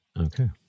Okay